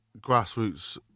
grassroots